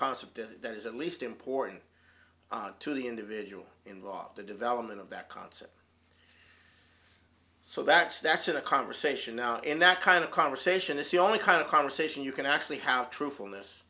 concept of that is at least important to the individual involved the development of that concept so that's that's a conversation now and that kind of conversation is the only kind of conversation you can actually have truthfulness